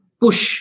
push।